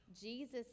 Jesus